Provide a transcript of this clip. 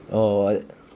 oh